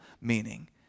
meaning